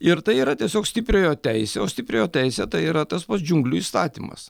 ir tai yra tiesiog stipriojo teisė o stipriojo teisė tai yra tas pats džiunglių įstatymas